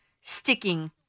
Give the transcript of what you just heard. sticking